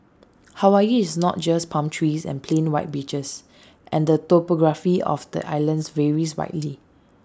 Hawaii is not just palm trees and plain white beaches and the topography of the islands varies widely